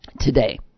today